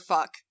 Fuck